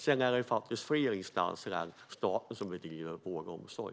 Det är fler instanser än staten som bedriver vård och omsorg.